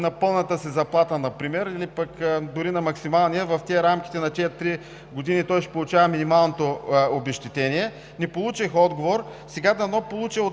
на пълната си заплата например или пък дори на максималния доход, в рамките на тези три години той ще получава минималното обезщетение. Не получих отговор. Сега дано от